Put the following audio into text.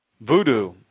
voodoo